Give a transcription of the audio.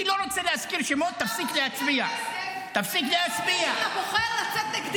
אני לא רוצה להזכיר שמות --- אתה משקיע כסף --- לצאת נגדי.